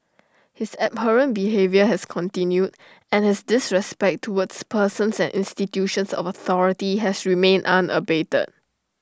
his abhorrent behaviour has continued and his disrespect towards persons and institutions of authority has remained unabated